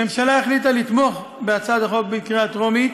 הממשלה החליטה לתמוך בהצעת החוק בקריאה טרומית